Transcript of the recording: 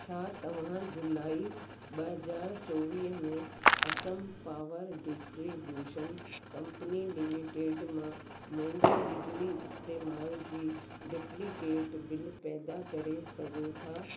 छा तव्हां जुलाई ब हजार चोवी में Assam power distribution company limited मां मुंहिंजे बिजली इस्तेमाल जी डुप्लीकेट बिल पैदा करे सघो था